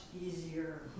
easier